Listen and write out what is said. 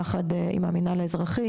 יחד עם המנהל האזרחי,